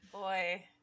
Boy